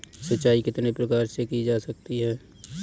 सिंचाई कितने प्रकार से की जा सकती है?